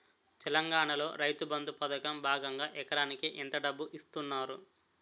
తెలంగాణలో రైతుబంధు పథకం భాగంగా ఎకరానికి ఎంత డబ్బు ఇస్తున్నారు?